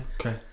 Okay